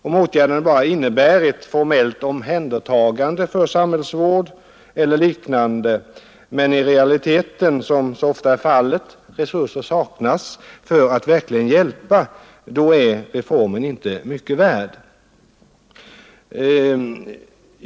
Om åtgärderna bara innebär ett formellt omhändertagande för samhällsvård eller liknande men i realiteten, som så ofta är fallet, resurser saknas för att verkligen hjälpa, är reformen inte mycket värd.